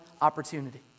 opportunity